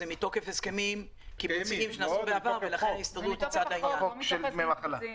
זה מתוקף הסכמים קיבוציים שנעשו בעבר ולכן ההסתדרות היא צד לעניין.